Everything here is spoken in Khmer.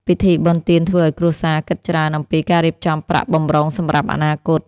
ពិធីបុណ្យទានធ្វើឱ្យគ្រួសារគិតច្រើនអំពីការរៀបចំប្រាក់បម្រុងសម្រាប់អនាគត។